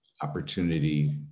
opportunity